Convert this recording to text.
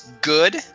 good